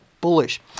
bullish